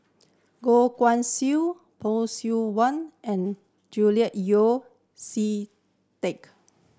Goh Guan Siew Phay Seng Whatt and Julian Yeo See Teck